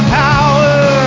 power